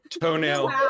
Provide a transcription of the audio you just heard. toenail